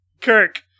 Kirk